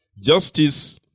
Justice